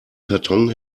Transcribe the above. karton